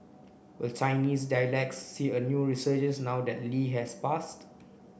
will Chinese dialects see a new resurgence now that Lee has passed